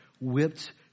whipped